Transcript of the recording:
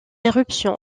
éruption